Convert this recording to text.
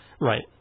Right